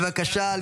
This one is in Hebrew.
בבקשה.